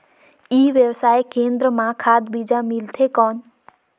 ई व्यवसाय केंद्र मां खाद बीजा मिलथे कौन?